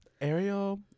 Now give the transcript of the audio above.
Ariel